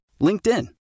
LinkedIn